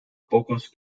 pocos